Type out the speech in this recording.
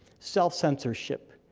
self-censorship,